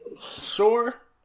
sure